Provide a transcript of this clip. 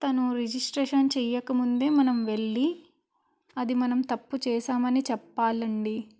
తను రిజిస్ట్రేషన్ చెయ్యకముందే మనం వెళ్ళి అది మనం తప్పు చేసామని చెప్పాలండి